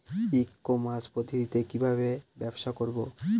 ই commerce পদ্ধতিতে কি ভাবে ব্যবসা করব?